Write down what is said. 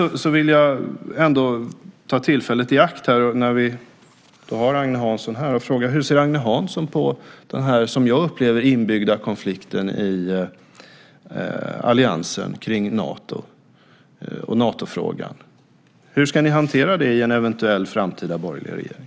Jag vill ta tillfället i akt när vi har Agne Hansson här och fråga: Hur ser Agne Hansson på den som jag upplever inbyggda konflikten i alliansen kring Nato och Natofrågan? Hur ska ni hantera den i en eventuell framtida borgerlig regering?